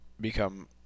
become –